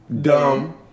Dumb